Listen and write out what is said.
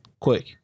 Quick